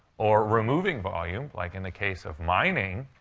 or removing volume, like in the case of mining.